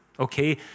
okay